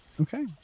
Okay